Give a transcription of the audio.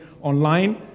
online